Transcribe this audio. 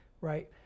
right